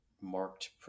marked